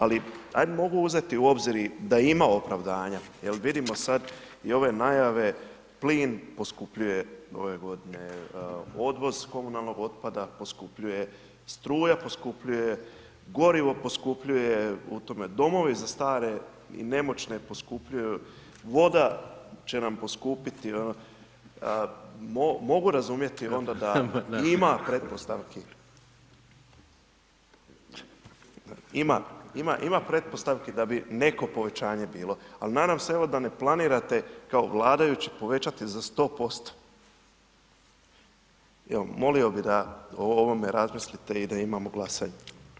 Ali ajd mogu uzeti u obzir i da ima opravdanja, jer vidimo sad i ove najave plin poskupljuje ove godine, odvoz komunalnog otpada poskupljuje, struja poskupljuje gorivo poskupljuje u tome, domovi za stare i nemoćne poskupljuje, voda će nam poskupiti, mogu razumjeti onda da ima pretpostavki, ima, ima, ima pretpostavki da bi neko povećanje bilo, al nadam se evo da ne planirate kao vladajući povećati za 100%, evo molio bi da o ovome razmislite i da imamo glasanje.